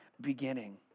beginning